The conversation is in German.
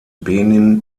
benin